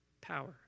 power